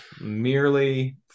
merely